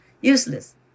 useless